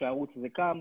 כשהערוץ הזה קם,